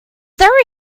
there